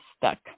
stuck